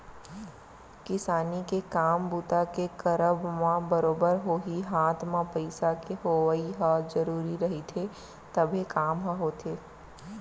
किसानी के काम बूता के करब म बरोबर होही हात म पइसा के होवइ ह जरुरी रहिथे तभे काम ह होथे